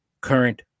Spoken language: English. current